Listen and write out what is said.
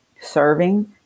serving